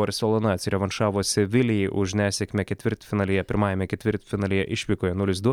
barselona atsirevanšavo sevilijai už nesėkmę ketvirtfinalyje pirmajame ketvirtfinalyje išvykoje nulis du